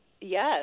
Yes